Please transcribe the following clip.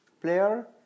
player